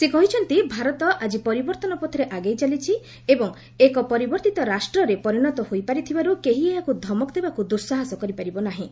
ସେ କହିଛନ୍ତି ଭାରତ ଆଜି ପରିବର୍ତ୍ତନ ପଥରେ ଆଗେଇ ଚାଲିଛି ଏବଂ ଏକ ପରିବର୍ତ୍ତିତ ରାଷ୍ଟ୍ରରେ ପରିଣତ ହୋଇପାରିଥିବାରୁ କେହି ଏହାକୁ ଧମକ ଦେବାକୁ ଦୁଃସାହସ କରିପାରିବ ନାହିଁ